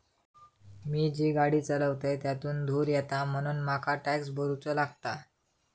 मी जी गाडी चालवतय त्यातुन धुर येता म्हणून मका टॅक्स भरुचो लागता